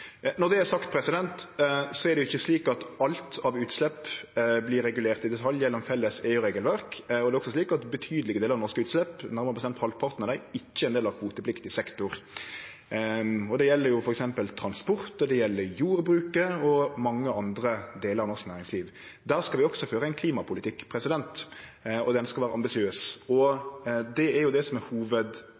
Når det er sagt, så er det ikkje slik at alt av utslepp vert regulert i detalj gjennom felles EU-regelverk. Det er også slik at betydelege delar av dei norske utsleppa, nærare bestemt halvparten av dei, ikkje er ein del av kvotepliktig sektor. Det gjeld f.eks. transport, jordbruk og mange andre delar av norsk næringsliv. Der skal vi også føre ein klimapolitikk, og den skal være ambisiøs. Det er jo det som er